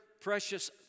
precious